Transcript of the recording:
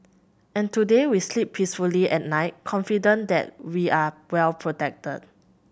and today we sleep peacefully at night confident that we are well protected